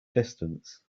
distance